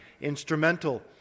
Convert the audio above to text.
instrumental